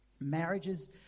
Marriages